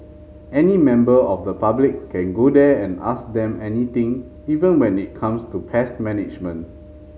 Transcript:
any member of the public can go there and ask them anything even when it comes to pest management